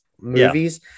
movies